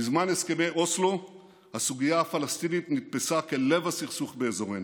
בזמן הסכמי אוסלו הסוגיה הפלסטינית נתפסה כלב הסכסוך באזורנו.